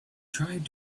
trying